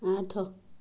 ଆଠ